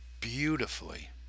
beautifully